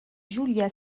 julia